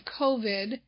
COVID